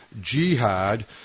Jihad